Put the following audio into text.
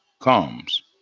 comes